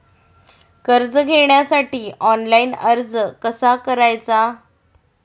कर्ज घेण्यासाठी ऑनलाइन अर्ज कसा करायचा?